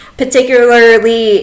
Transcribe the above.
particularly